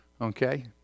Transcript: Okay